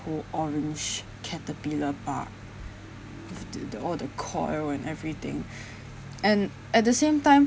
o~ orange caterpillar bug with the the all the coil and everything and at the same time